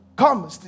come